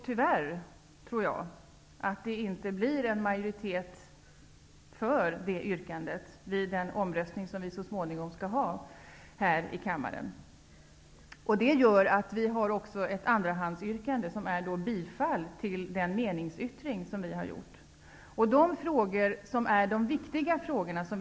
Tyvärr kommer det inte att bli en majoritet för detta yrkande vid den omröstning som så småningom skall genomföras här i kammaren. Vänsterpartiet har därför ett andrahandsyrkande, vilket är ett yrkande om bifall till den meningsyttring Vänsterpartiet har lagt fram.